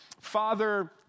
Father